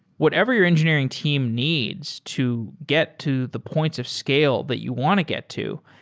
whatever your engineering team needs to get to the points of scale that you want to get to,